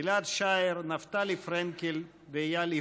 גיל-עד שער, נפתלי פרנקל ואיל יפרח,